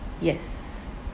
Yes